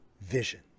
vision